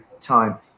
time